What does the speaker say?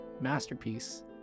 masterpiece